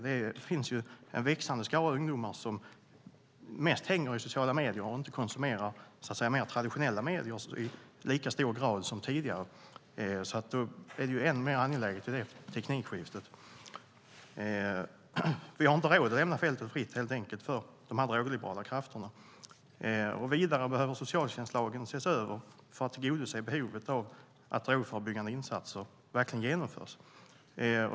Det finns en växande skara ungdomar som mest hänger på sociala medier och inte konsumerar mer traditionella medier i lika stor grad som tidigare. Detta blir än mer angeläget i det här teknikskiftet. Vi har helt enkelt inte råd att lämna fältet fritt för de drogliberala krafterna. Vidare behöver socialtjänstlagen ses över för att se till att drogförebyggande insatser verkligen genomförs.